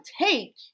take